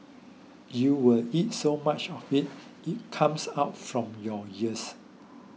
you will eat so much of it comes out from your ears